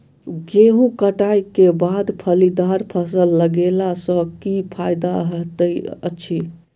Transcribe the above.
गेंहूँ कटाई केँ बाद फलीदार फसल लगेला सँ की फायदा हएत अछि?